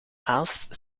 aalst